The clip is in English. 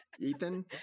Ethan